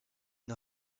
une